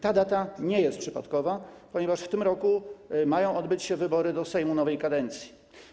Ta data nie jest przypadkowa, ponieważ w tym roku mają odbyć się wybory do Sejmu nowej kadencji.